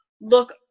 look